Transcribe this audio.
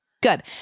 Good